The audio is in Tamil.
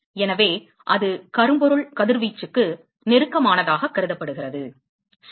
எனவே அது கரும்பொருள் கதிர்வீச்சுக்கு நெருக்கமானதாகக் கருதப்படுகிறது சரி